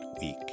week